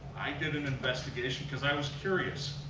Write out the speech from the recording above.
i did an investigation, because i was curious.